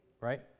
right